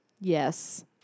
Yes